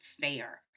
fair